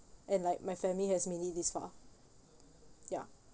and like my family has made it this far ya